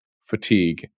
fatigue